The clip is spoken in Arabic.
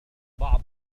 بعض